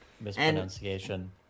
mispronunciation